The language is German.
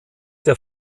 der